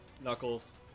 knuckles